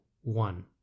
One